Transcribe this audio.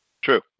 True